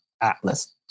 Atlas